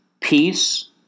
peace